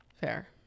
fair